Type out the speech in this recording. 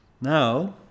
Now